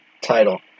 title